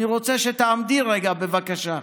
אני רוצה שתעמדי רגע, בבקשה.